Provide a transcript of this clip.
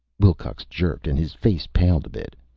wilcox jerked, and his face paled a bit.